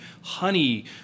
honey